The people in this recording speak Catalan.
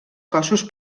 cossos